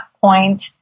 point